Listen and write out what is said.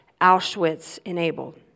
Auschwitz-enabled